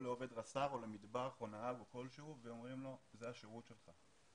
של עובד רס"ר, מטבח, נהג, זה השירות שלך.